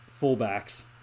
fullbacks